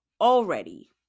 already